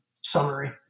summary